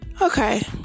Okay